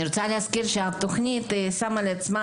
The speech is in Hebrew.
אני רוצה להזכיר שהתוכנית שמה לעצמה